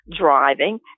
driving